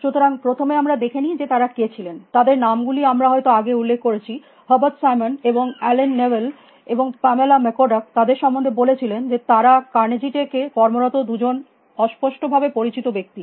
সুতরাং প্রথমে আমরা দেখেনি যে তারা কে ছিলেন তাদের নাম গুলি আমরা হয়ত আগে উল্লেখ করেছি হার্বার্ট সাইমন এবং অ্যালেন নেবেল এবং পামেলা ম্যাককোডাক তাদের সম্বন্ধে বলেছিলেন যে তারা কার্নেজি টেক এ Carnegie Techকর্মরত দুজন অস্পষ্টভাবে পরিচিত ব্যক্তি